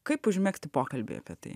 kaip užmegzti pokalbį apie tai